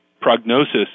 prognosis